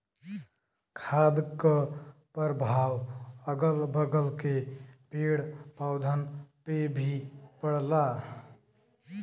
खाद क परभाव अगल बगल के पेड़ पौधन पे भी पड़ला